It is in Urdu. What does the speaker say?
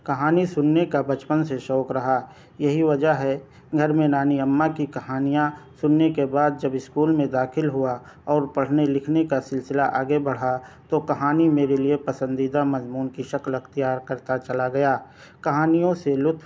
کہانی سننے کا بچپن سے شوق رہا یہی وجہ ہے گھر میں نانی اماں کی کہانیاں سننے کے بعد جب اسکول میں داخل ہوا اور پڑھنے لکھنے کا سلسلہ آگے بڑھا تو کہانی میرے لئے پسندیدہ مضمون کی شکل اختیار کرتا چلا گیا کہانیوں سے لطف